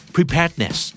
Preparedness